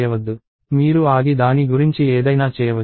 మీరు ఆగి దాని గురించి ఏదైనా చేయవచ్చు